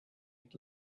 had